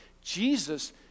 Jesus